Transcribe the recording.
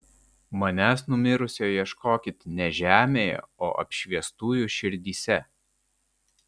manęs numirusio ieškokit ne žemėje o apšviestųjų širdyse